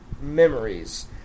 memories